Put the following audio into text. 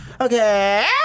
Okay